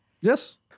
yes